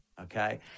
okay